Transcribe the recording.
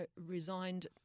resigned –